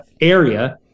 area